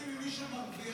לוקחים ממי שמרוויח